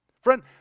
Friend